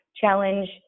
challenge